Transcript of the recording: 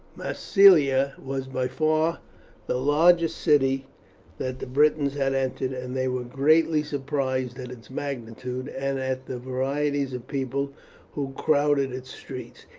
massilia was by far the largest city that the britons had entered, and they were greatly surprised at its magnitude, and at the varieties of people who crowded its streets.